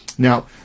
Now